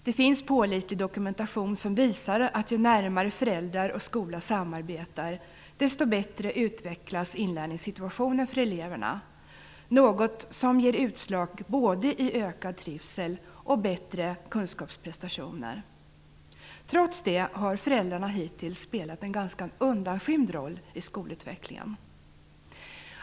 Det finns pålitlig dokumentation som visar att ju närmare föräldrar och skola samarbetar, desto bättre utvecklas inlärningssituationen för eleverna, något som ger utslag både i ökad trivsel och bättre kunskapsprestationer. Trots det har föräldrarna hittills spelat en ganska undanskymd roll i skolutvecklingen.